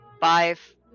Five